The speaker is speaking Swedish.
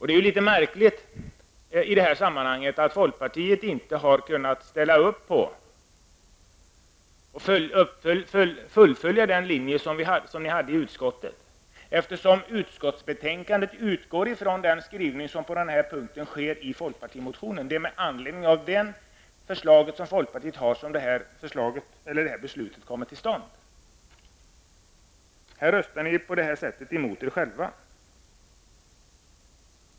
Det är märkligt att folkpartiet inte har kunnat fullfölja den linje som folkpartiet framförde i utskottet. Utskottsbetänkandet utgår från skrivningen i folkpartimotionen. Det är med anledning av förslaget från folkpartiet som beslutet nu kommer till stånd. Ni röstar emot er själva.